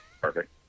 Perfect